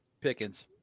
Pickens